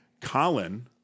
Colin